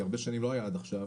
כי הרבה שנים לא היה עד עכשיו,